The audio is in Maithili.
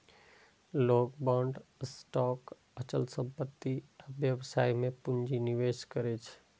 लोग बांड, स्टॉक, अचल संपत्ति आ व्यवसाय मे पूंजी निवेश करै छै